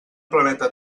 planeta